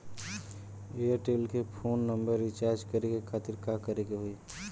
Airtel के phone number recharge करे के खातिर का करे के होई?